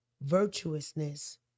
virtuousness